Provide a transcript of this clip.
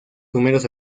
primeros